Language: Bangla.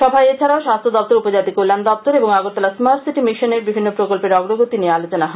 সভায় এছাড়াও স্বাস্থ্য দপ্তর উপজাতি কল্যাণ দপ্তর এবং আগরতলা স্মার্ট সিটি মিশনের বিভিন্ন প্রকল্পের অগ্রগতি নিয়ে আলোচনা করা হয়